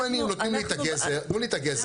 אם אני נותנים לי את הגזר, תנו לי את הגזר.